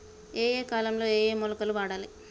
ఏయే కాలంలో ఏయే మొలకలు వాడాలి?